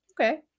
Okay